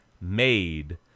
made